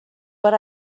but